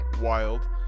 wild